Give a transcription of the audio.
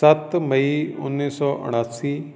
ਸੱਤ ਮਈ ਉੱਨੀ ਸੌ ਉਨਾਸੀ